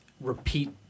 repeat